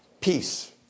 peace